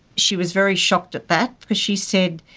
she was very shocked at that because she said,